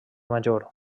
major